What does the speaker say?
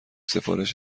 سفارش